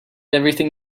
everything